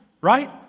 right